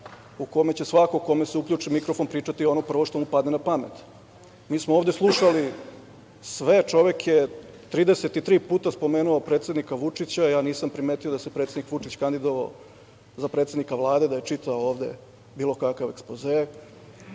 u kome će svako kome se uključi mikrofon, pričati ono prvo što mu padne na pamet. Mi smo ovde slušali sve. Čovek je 33 puta spomenuo predsednika Vučića, ja nisam primetio da se predsednik Vučić kandidovao za predsednika Vlade, da je čitao ovde bilo kakav ekspoze.